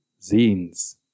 zines